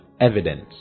evidence